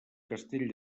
castell